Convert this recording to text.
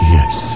Yes